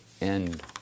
end